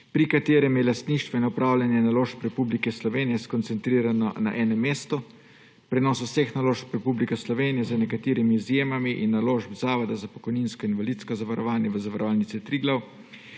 pri katerem je lastništvo in upravljanje naložb Republike Slovenije skoncentrirano na enem mestu, prenos vseh naložb Republike Slovenije z nekaterimi izjemami in naložb Zavoda za pokojninsko in invalidsko zavarovanje v Zavarovalnici Triglav,